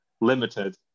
limited